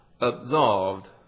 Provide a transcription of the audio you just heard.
absolved